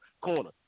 corner